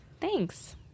thanks